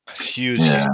Huge